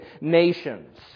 nations